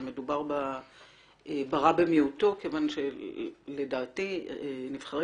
מדובר ברע במיעוטו כיוון שלדעתי נבחרי